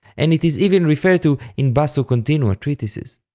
and it is even referred to in basso continuo treatises.